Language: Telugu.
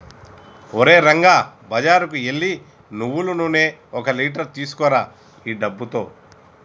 ఓరే రంగా బజారుకు ఎల్లి నువ్వులు నూనె ఒక లీటర్ తీసుకురా ఈ డబ్బుతో